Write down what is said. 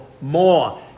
more